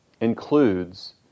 includes